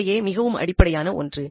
எனவே இவையே மிகவும் அடிப்படையான ஒன்று